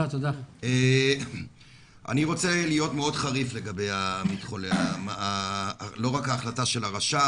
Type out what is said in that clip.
אני רוצה להיות מאוד חריף לגבי לא רק ההחלטה של הרשם,